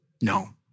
No